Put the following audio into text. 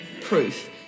proof